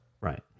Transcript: Right